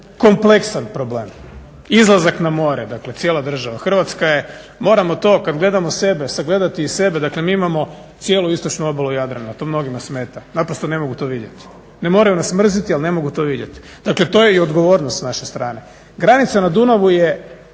kompleksan problem, izlazak na more. Dakle cijela država Hrvatska je, moramo to, kada gledamo sebe sagledati i sebe, dakle mi imamo cijelu istočnu obalu Jadrana, to mnogima smeta, naprosto ne mogu to vidjeti. Ne moraju nas mrziti ali ne mogu to vidjeti. Dakle to je i odgovornost s naše strane. Granica na Dunavu je,